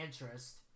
interest